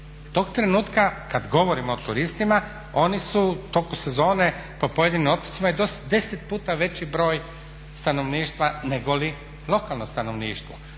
tog trenutka kad govorimo o turistima oni su u toku sezone po pojedinim otocima i do 10 puta veći broj stanovništva nego li lokalno stanovništvo.